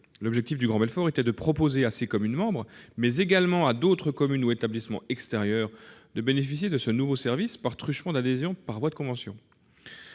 L'objectif du Grand Belfort était de proposer à ses communes membres, mais également à d'autres communes ou établissements extérieurs, de bénéficier de ce nouveau service par le truchement d'adhésions par voie de convention.